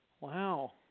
Wow